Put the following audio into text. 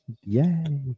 yay